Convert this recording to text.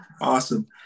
Awesome